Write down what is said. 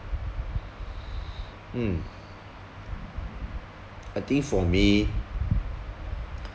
mm I think for me